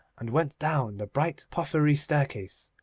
and went down the bright porphyry staircase,